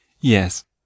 Yes